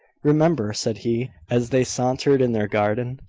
remember, said he, as they sauntered in their garden,